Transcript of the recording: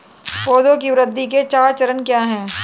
पौधे की वृद्धि के चार चरण क्या हैं?